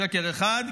שקר אחד,